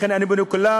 לכן אני פונה לכולם,